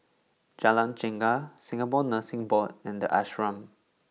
Jalan Chegar Singapore Nursing Board and The Ashram